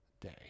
day